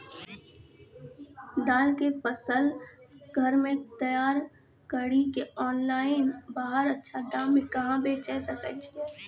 दाल के फसल के घर मे तैयार कड़ी के ऑनलाइन बाहर अच्छा दाम मे कहाँ बेचे सकय छियै?